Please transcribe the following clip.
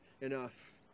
enough